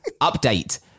Update